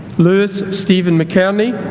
lewis stephen mckerney